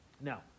Now